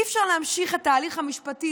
אי-אפשר להמשיך את ההליך המשפטי,